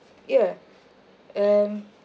ya and